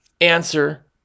answer